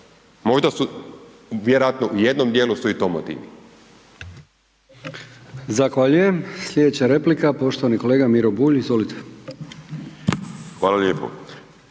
Možda su, vjerojatno u jednom djelu su i to motivi.